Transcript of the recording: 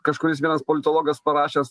kažkuris vienas politologas parašęs